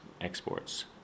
exports